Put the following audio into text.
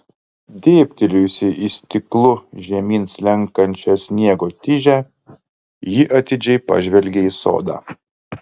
dėbtelėjusi į stiklu žemyn slenkančią sniego tižę ji atidžiai pažvelgė į sodą